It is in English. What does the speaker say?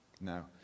No